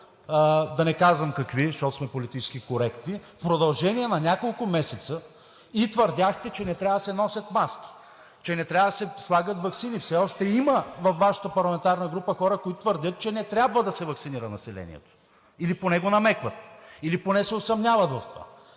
да не казвам какви, защото сме политически коректни, в продължение на няколко месеца и твърдяхте, че не трябва да се носят маски, че не трябва да се слагат ваксини. Все още има във Вашата парламентарна група хора, които твърдят, че не трябва да се ваксинира населението, или поне го намекват, или поне се усъмняват в това.